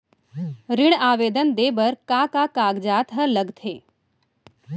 ऋण आवेदन दे बर का का कागजात ह लगथे?